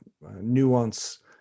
nuance